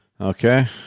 Okay